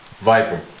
Viper